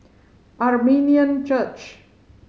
Armenian Church